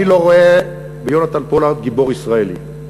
אני לא רואה ביונתן פולארד גיבור ישראלי.